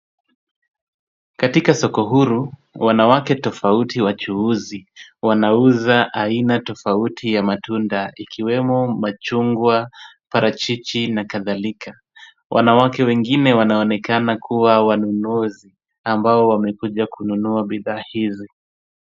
Katika soko huru, wanawake tofauti wachuuzi wanauza aina tofauti ya matunda ikiwemo; machungwa, parachichi na kadhalika. Wanawake wengine wanaonekana kuwa wanunuzi ambao wamekuja kununua bidhaa hizi.